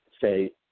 say